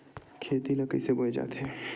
खेती ला कइसे बोय जाथे?